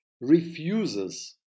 refuses